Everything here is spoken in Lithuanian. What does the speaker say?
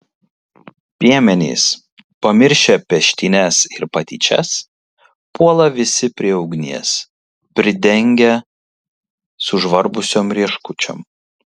piemenys pamiršę peštynes ir patyčias puola visi prie ugnies pridengia sužvarbusiom rieškučiom